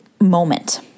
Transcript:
moment